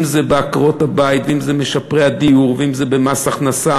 אם זה בעקרות-הבית ואם זה במשפרי הדיור ואם זה במס הכנסה,